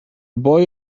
boy